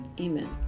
amen